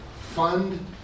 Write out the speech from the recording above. fund